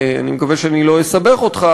אני מקווה שאני לא אסבך אותך,